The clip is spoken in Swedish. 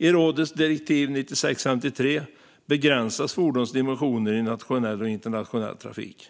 I rådets direktiv 96 EG begränsas fordons dimensioner i nationell och internationell trafik.